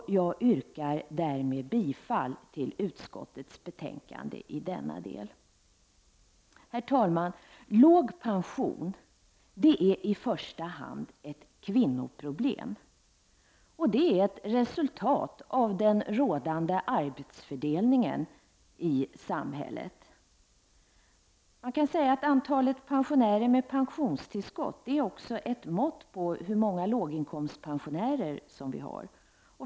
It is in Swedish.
Jag yrkar därmed bifall till utskottets hemställan i denna del. Herr talman! Låg pension är i första hand ett kvinnoproblem, och det är ett resultat av den rådande arbetsfördelningen i samhället. Man kan säga att antalet pensionärer med pensionstillskott också är ett mått på hur många låginkomstpensionärer vi har.